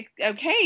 okay